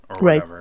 Right